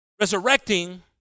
Resurrecting